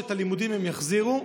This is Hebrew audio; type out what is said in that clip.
את הלימודים הם יחזירו,